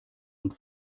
und